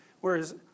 whereas